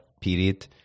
period